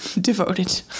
devoted